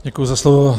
Děkuji za slovo.